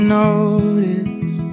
notice